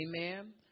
Amen